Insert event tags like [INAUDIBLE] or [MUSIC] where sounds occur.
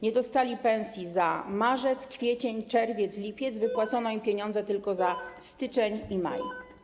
Nie dostali pensji za marzec, kwiecień, czerwiec, lipiec, [NOISE] wypłacono im pieniądze tylko za styczeń i maj.